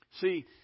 See